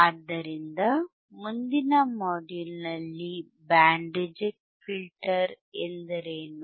ಆದ್ದರಿಂದ ಮುಂದಿನ ಮಾಡ್ಯೂಲ್ ನಲ್ಲಿ ಬ್ಯಾಂಡ್ ರಿಜೆಕ್ಟ್ ಫಿಲ್ಟರ್ ಎಂದರೇನು